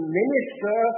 minister